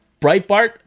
Breitbart